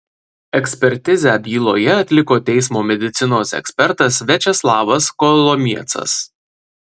ekspertizę byloje atliko teismo medicinos ekspertas viačeslavas kolomiecas